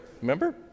remember